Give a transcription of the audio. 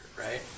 right